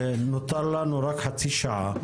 נותר לנו רק חצי שעה.